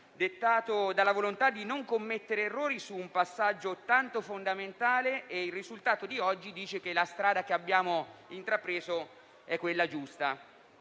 dettato dalla volontà di non commettere errori su un passaggio tanto fondamentale. Il risultato di oggi dice che la strada che abbiamo intrapreso è quella giusta.